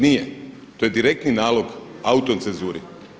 Nije, to je direktni nalog autocenzuri.